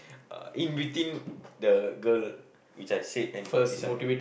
uh in between the girl which I said and this one